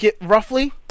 roughly